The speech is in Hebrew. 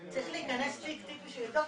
צריך להיכנס תיק תיק בשביל לבדוק,